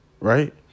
Right